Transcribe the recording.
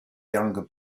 younger